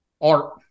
art